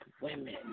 women